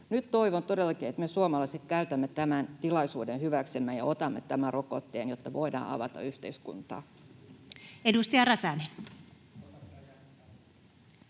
Nyt toivon todellakin, että me suomalaiset käytämme tämän tilaisuuden hyväksemme ja otamme tämän rokotteen, jotta voidaan avata yhteiskuntaa. [Speech